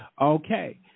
Okay